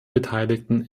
beteiligten